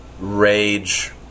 rage